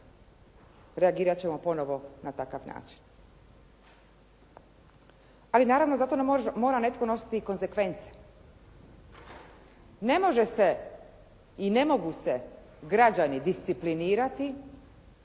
reagirati ćemo ponovo na takav način. Ali naravno za to nam mora netko nositi i konzekvence. Ne može se i ne mogu se građani disciplinirati,